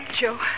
Joe